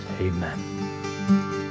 Amen